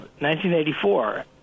1984